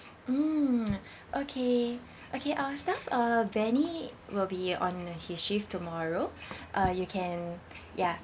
mm okay okay our staff uh benny will be on his shift tomorrow uh you can ya